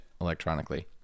electronically